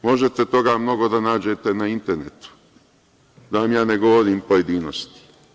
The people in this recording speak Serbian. Možete mnogo toga da nađete na internetu, da vam ja ne govorim pojedinosti.